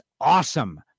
awesome